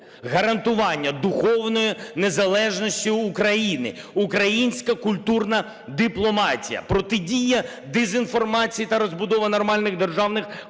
гарантування духовної незалежності України, українська культурна дипломатія, протидія дезінформації та розбудова нормальних державних